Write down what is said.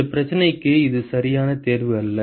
இந்த பிரச்சனைக்கு இது சரியான தேர்வு அல்ல